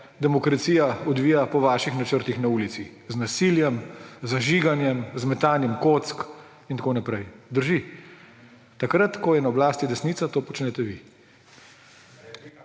demokracija odvija po vaših načrtih na ulici – z nasiljem, z zažiganjem, z metanjem kock in tako naprej. Drži. Takrat, ko je na oblasti desnica, to počnete vi.